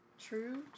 True